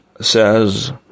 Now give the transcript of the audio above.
says